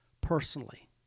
personally